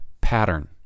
pattern